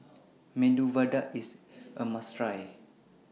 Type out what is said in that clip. Medu Vada IS A must Try